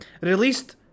released